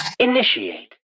Initiate